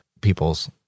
people's